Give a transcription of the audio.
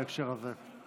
בהקשר הזה?